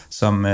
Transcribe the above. som